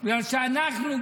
בגלל שאנחנו,